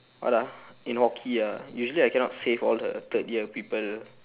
what ah in hokey ah usually I cannot save all the third year people